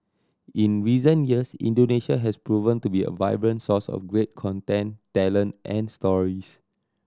in recent years Indonesia has proven to be a vibrant source of great content talent and stories